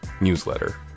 newsletter